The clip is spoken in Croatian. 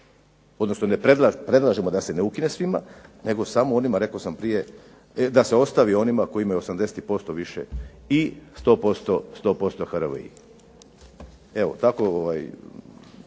odnosno predlažemo da se ne ukine svima nego samo onima, rekao sam prije, da se ostavi onima koji imaju 80% i više i 100% HRVI. Evo tako,